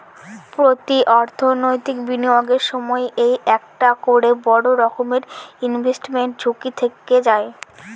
প্রতি অর্থনৈতিক বিনিয়োগের সময় এই একটা করে বড়ো রকমের ইনভেস্টমেন্ট ঝুঁকি থেকে যায়